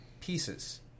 pieces